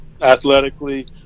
Athletically